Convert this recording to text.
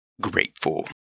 grateful